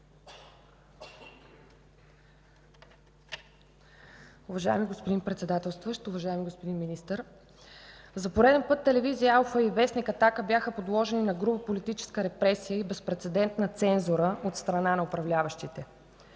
Уважаеми господин Председателстващ, уважаеми господин министър! За пореден път телевизия „Алфа” и вестник „Атака” бяха подложени на груба политическа репресия и безпрецедентна цензура от страна на управляващите.